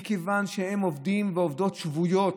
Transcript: מכיוון שהם עובדים ועובדות שבויים,